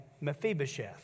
Mephibosheth